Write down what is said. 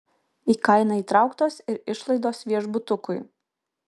į kainą įtrauktos ir išlaidos viešbutukui